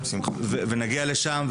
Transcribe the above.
ונגיע לשם,